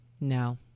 No